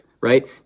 right